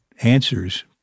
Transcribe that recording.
answers